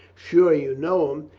sure you know him.